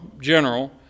general